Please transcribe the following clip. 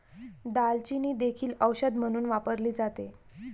दालचिनी देखील औषध म्हणून वापरली जाते